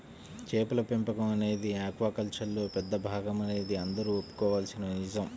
చేపల పెంపకం అనేది ఆక్వాకల్చర్లో పెద్ద భాగమనేది అందరూ ఒప్పుకోవలసిన నిజం